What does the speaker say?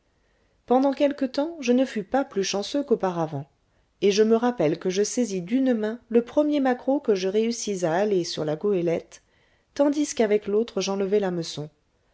pendant quelque temps je ne fus pas plus chanceux qu'auparavant et je me rappelle que je saisis d'une main le premier maquereau que je réussis à hâler sur la goélette tandis qu'avec l'autre j'enlevai